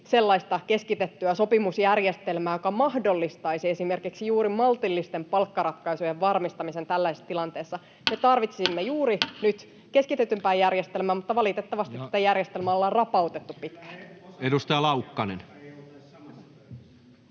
sellaista keskitettyä sopimusjärjestelmää, joka mahdollistaisi esimerkiksi juuri maltillisten palkkaratkaisujen varmistamisen tällaisessa tilanteessa. Me tarvitsisimme juuri nyt keskitetympää järjestelmää, mutta valitettavasti tätä järjestelmää ollaan rapautettu pitkään. [Ben